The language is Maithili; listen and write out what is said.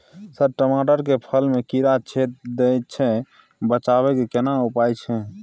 सर टमाटर के फल में कीरा छेद के दैय छैय बचाबै के केना उपाय छैय?